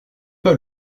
pas